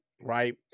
Right